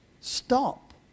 Stop